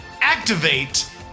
activate